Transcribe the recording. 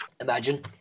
Imagine